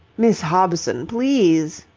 miss hobson! please!